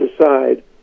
decide